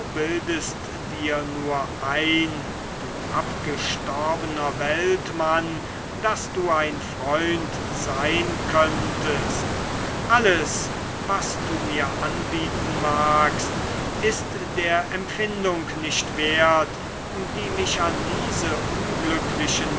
bildest dir nur ein du abgestorbener weltmann daß du ein freund sein könntest alles was du mir anbieten magst ist der empfindung nicht wert die mich an diese unglücklichen